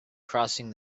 crossing